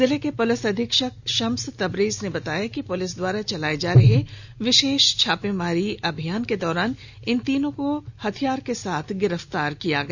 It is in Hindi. जिले के पुलिस अधीक्षक शम्स तबरेज ने बताया कि पुलिस द्वारा चलाए जा रहे विशेष छापेमारी अभियान के दौरान इन तीनों को हथियार के साथ गिरफ्तार किया गया